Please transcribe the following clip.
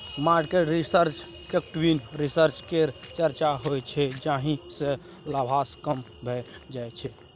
market risk मे equity risk केर चर्चा होइ छै जाहि सँ लाभांश कम भए जाइ छै